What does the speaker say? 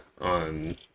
on